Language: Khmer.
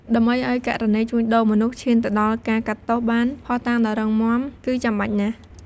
ដើម្បីឱ្យករណីជួញដូរមនុស្សឈានទៅដល់ការកាត់ទោសបាន ភស្តុតាងដ៏រឹងមាំគឺចាំបាច់ណាស់។